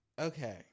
okay